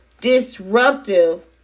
disruptive